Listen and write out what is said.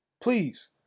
Please